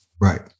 right